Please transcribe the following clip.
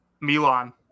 Milan